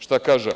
Šta kaže?